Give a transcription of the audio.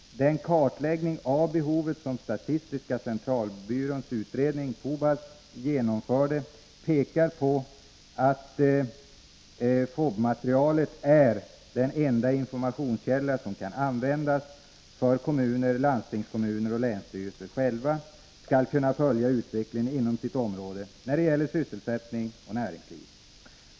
Den kartläggning av behovet som statistiska centralbyråns utredning genomförde pekar på att FOB-materialet är den enda informationskälla som kan användas för att kommuner, landstingskommuner och länsstyrelser själva skall kunna följa utvecklingen inom sitt område när det gäller sysselsättning och näringsliv.